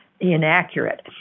inaccurate